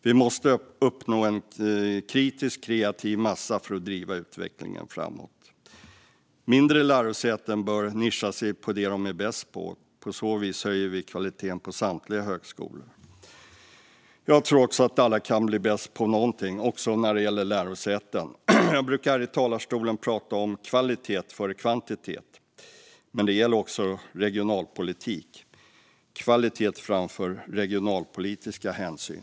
Vi måste uppnå en kritisk kreativ massa för att driva utvecklingen framåt. Mindre lärosäten bör nischa sig på det som de är bäst på. På så vis höjer vi kvaliteten på samtliga högskolor. Jag tror att alla kan bli bäst på någonting, också när det gäller lärosäten. Jag brukar här i talarstolen prata om kvalitet före kvantitet. Men det gäller också regionalpolitik - kvalitet framför regionalpolitiska hänsyn.